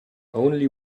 only